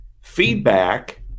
Feedback